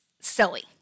silly